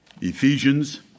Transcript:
Ephesians